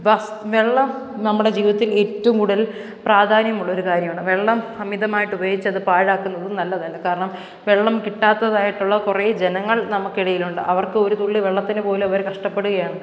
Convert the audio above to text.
വസ്സ് വെള്ളം നമ്മുടെ ജീവിതത്തിൽ ഏറ്റോം കൂടുതൽ പ്രാധാന്യം ഉള്ളൊരു കാര്യമാണ് വെള്ളം അമിതമായിട്ട് ഉപയോഗിച്ചത് പാഴാക്കുന്നതും നല്ലതല്ല കാരണം വെള്ളം കിട്ടാത്തതായിട്ടുള്ള കുറെ ജനങ്ങൾ നമുക്കിടയിലുണ്ട് അവർക്കൊരു തുള്ളി വെള്ളത്തിന് പോലും അവർ കഷ്ടപ്പെടുകയാണ്